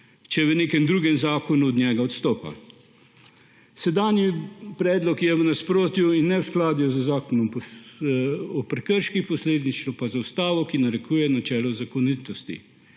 če v nekem drugem zakonu od njega odstopa. Sedanji predlog je v nasprotju in neskladju z Zakonom o prekrških, posledično pa z ustavo, ki narekuje načelo zakonitosti.